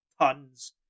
tons